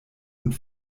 und